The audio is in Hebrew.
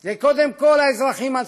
זה קודם כול האזרחים עצמם.